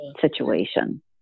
situation